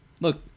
Look